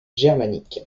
germanique